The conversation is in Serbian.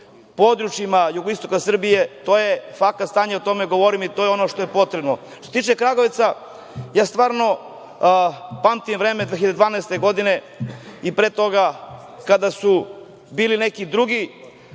područjima jugoistoka Srbije, to je fakat stanje, o tome govorim i to je ono što je potrebno. Što se tiče Kragujevca, ja stvarno pamtim vreme 2012. godine i pre toga kad su bili neki drugi.